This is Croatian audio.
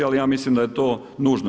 Ali ja mislim da je to nužno.